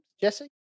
jesse